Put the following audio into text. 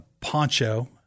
poncho